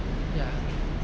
ya